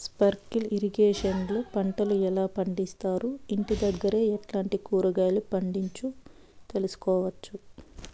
Sprinkle irrigation లో పంటలు ఎలా పండిస్తారు, ఇంటి దగ్గరే ఎట్లాంటి కూరగాయలు పండించు తెలుసుకోవచ్చు?